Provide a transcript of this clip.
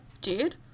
dude